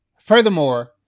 Furthermore